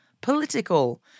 political